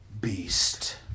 beast